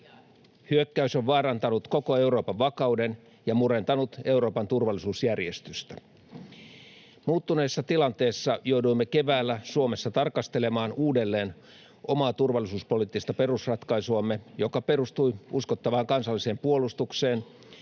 Hyökkäys on vaarantanut koko Euroopan vakauden ja murentanut Euroopan turvallisuusjärjestystä. Muuttuneessa tilanteessa jouduimme keväällä Suomessa tarkastelemaan uudelleen omaa turvallisuuspoliittista perusratkaisuamme, joka perustui uskottavaan kansalliseen puolustukseen,